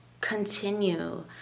continue